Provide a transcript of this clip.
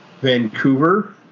Vancouver